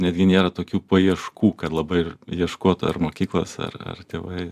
netgi nėra tokių paieškų kad labai ir ieškota ar mokyklos ar ar tėvai